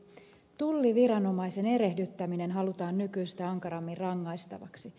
tulliviranomaisen erehdyttäminen halutaan nykyistä ankarammin rangaistavaksi